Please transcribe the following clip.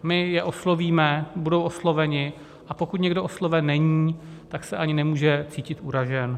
My je oslovíme, budou osloveni, a pokud nikdo osloven není, tak se ani nemůže cítit uražen.